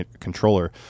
controller